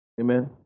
Amen